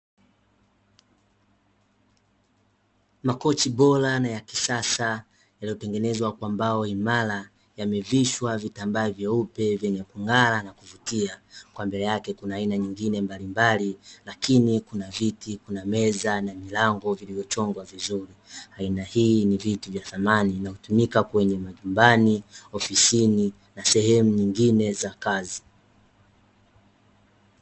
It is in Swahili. Makochi bora na ya kisasa yaliyotengenezwa kwa mbao imara. Yamevishwa vitambaa vyeupe vyenye kung’ara na kuvutia. Kwa mbele yake kuna aina nyingine mbalimbali lakini kuna viti, kuna meza na milango vilivyochongwa vizuri. Aina hii ni vitu vya thamani vinavyotumika kwenye majumbani, ofisini na sehemu nyingine za kazi.